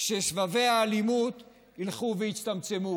שסבבי האלימות ילכו ויצטמצמו,